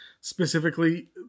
specifically